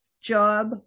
job